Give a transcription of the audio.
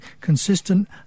consistent